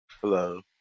hello